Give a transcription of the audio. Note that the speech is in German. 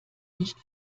nicht